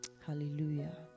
Hallelujah